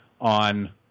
on